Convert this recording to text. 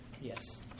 Yes